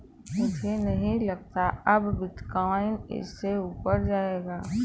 मुझे नहीं लगता अब बिटकॉइन इससे ऊपर जायेगा